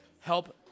help